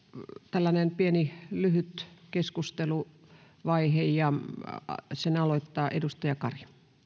tällainen pieni lyhyt keskusteluvaihe ja sen aloittaa edustaja kari